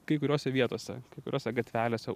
kai kuriose vietose kai kuriose gatvelėse